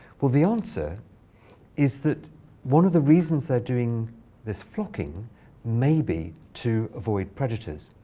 well, the answer is that one of the reasons they're doing this flocking may be to avoid predators.